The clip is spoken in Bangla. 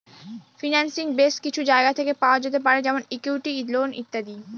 ফিন্যান্সিং বেস কিছু জায়গা থেকে পাওয়া যেতে পারে যেমন ইকুইটি, লোন ইত্যাদি